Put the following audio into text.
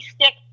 stick